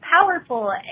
powerful